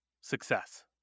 success